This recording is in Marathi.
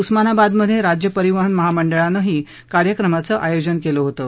उस्मानाबादमध्ये राज्य परिवहन महामंडळानंही कार्यक्रमाचं आयोजन कंलं होतं